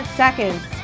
seconds